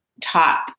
top